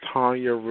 Tanya